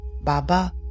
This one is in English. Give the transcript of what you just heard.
Baba